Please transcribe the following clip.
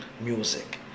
music